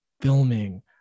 filming